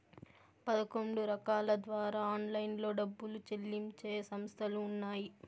పదకొండు రకాల ద్వారా ఆన్లైన్లో డబ్బులు చెల్లించే సంస్థలు ఉన్నాయి